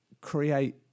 create